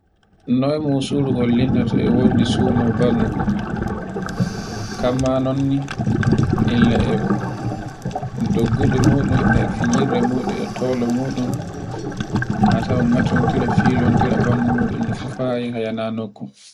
Noy musuru hollndata to e wodi sino bandu. Kanma non ni ulla e doggudu muɗun e fijirde muɗum e tolo muɗum. A tawan ga tontira filontira bandu muɗun fa e yahai yana nokku